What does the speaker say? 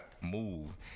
move